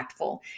impactful